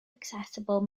accessible